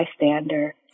bystander